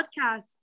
podcast